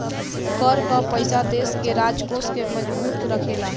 कर कअ पईसा देस के राजकोष के मजबूत रखेला